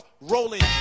rolling